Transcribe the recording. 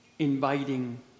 inviting